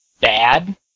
bad